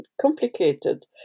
complicated